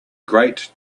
great